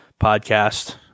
podcast